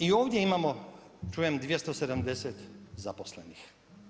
I ovdje imamo čujem 270 zaposlenih.